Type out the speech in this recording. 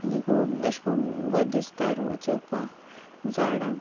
आनी खूब अशें कोन्न बोर दिसताय चोवपा झाडां